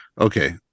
Okay